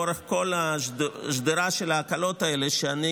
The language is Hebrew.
לאורך כל השדרה של ההקלות האלה שאני